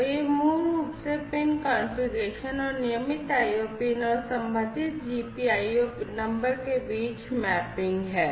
तो यह मूल रूप से पिन कॉन्फ़िगरेशन और नियमित IO पिन और संबंधित GPIO नंबर के बीच मैपिंग है